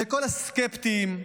וכל הסקפטיים: